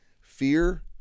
Fear